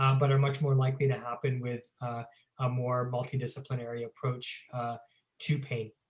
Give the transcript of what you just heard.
um but are much more likely to happen with a more multidisciplinary approach to pain.